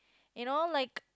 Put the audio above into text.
you know like